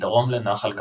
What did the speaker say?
מדרום לנחל געתון.